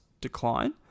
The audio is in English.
decline